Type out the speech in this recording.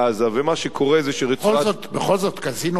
ומה שקורה זה שרצועת, בכל זאת, בכל זאת קזינו בנו.